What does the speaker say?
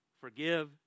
Forgive